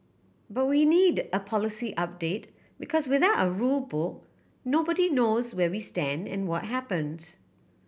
but we need a policy update because without a rule book nobody knows where we stand and what happens